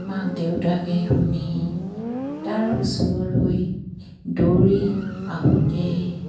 মাক দেউতাকে শুনি তাৰ ওচৰলৈ দৌৰি আহোঁতে